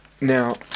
Now